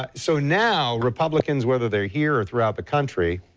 ah so now, republicans whether they're here or throughout the country,